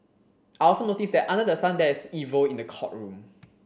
I also noticed that under the sun there is evil in the courtroom